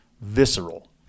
visceral